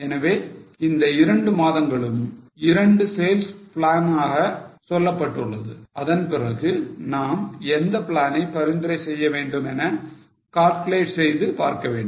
எனவே இந்த இரண்டு மாதங்களும் இரண்டு sales plans ஆக சொல்லப்பட்டுள்ளது அதன் பிறகு நாம் எந்த பிளானை பரிந்துரை செய்வ வேண்டுமென calculate செய்து பார்க்க வேண்டும்